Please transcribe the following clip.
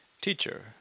Teacher